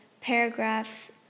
paragraphs